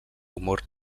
humor